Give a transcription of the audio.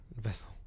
Vessel